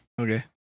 Okay